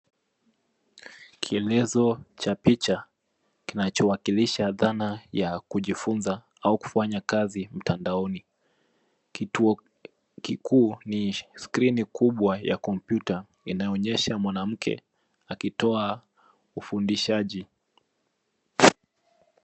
Kielezo cha picha kinachowakilisha dhana ya kujifunza au kufanya kazi mtandaoni. Kituo kikuu ni skrini kubwa ya kompyuta inaonyesha mwanamke akitoa ufundishaji.